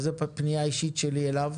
וזאת פנייה אישית שלי אליו,